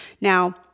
Now